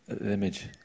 image